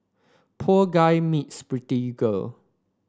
poor guy meets pretty girl